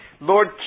Lord